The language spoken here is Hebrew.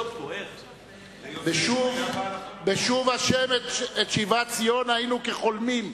"בשוב ה' את שיבת ציון היינו כחולמים".